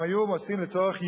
אם היו עושים לצורך ייעול,